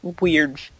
weird